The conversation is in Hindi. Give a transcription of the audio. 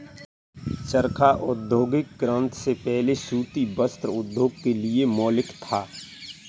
चरखा औद्योगिक क्रांति से पहले सूती वस्त्र उद्योग के लिए मौलिक था